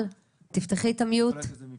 תודה רבה עידית ותודה לכולכם,